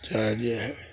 चाहे जे हइ